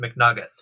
McNuggets